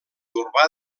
urbà